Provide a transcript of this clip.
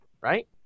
right